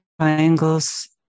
triangles